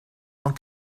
ont